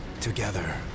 Together